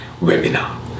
webinar